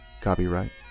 Copyright